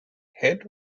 head